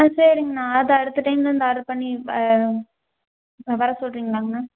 ஆ சரிங்ண்ணா அது அடுத்த டைமில் இருந்து ஆட்ரு பண்ணி வர சொல்கிறீங்ளாங்ண்ணா